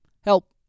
Help